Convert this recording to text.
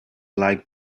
like